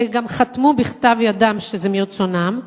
שגם חתמו בכתב-ידם שזה מרצונם,